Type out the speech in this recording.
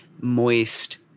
moist